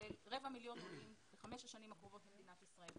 של רבע מיליון עולים בחמש השנים הקרובות למדינת ישראל.